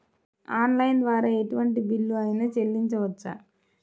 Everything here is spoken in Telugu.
ఆన్లైన్ ద్వారా ఎటువంటి బిల్లు అయినా చెల్లించవచ్చా?